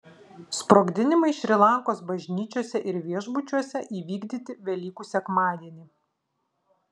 sprogdinimai šri lankos bažnyčiose ir viešbučiuose įvykdyti velykų sekmadienį